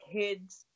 kids